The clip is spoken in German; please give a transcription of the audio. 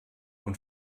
und